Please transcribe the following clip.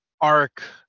arc